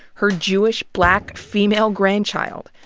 her jewish, black, female grandchild.